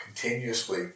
continuously